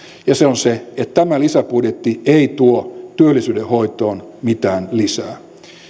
ja se on se että tämä lisäbudjetti ei tuo työllisyyden hoitoon mitään lisää